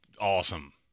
awesome